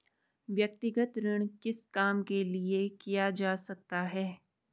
व्यक्तिगत ऋण किस काम के लिए किया जा सकता है?